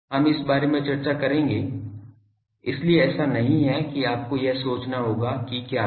हम इस बारे में चर्चा करेंगे इसलिए ऐसा नहीं है कि आपको यह सोचना होगा कि क्या है